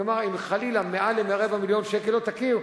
כלומר, אם חלילה מעל לרבע מיליון שקל לא תכיר,